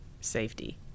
safety